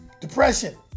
depression